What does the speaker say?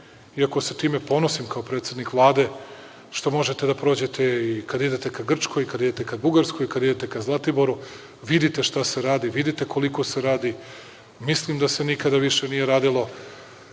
iako se time ponosim, kao predsednik Vlade, što možete da prođete i kad idete ka Grčkoj i kad idete ka Bugarskoj, kada idete ka Zlatiboru, vidite šta se radi, vidite koliko se radi. Mislim da se nikada više nije radilo,